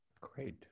Great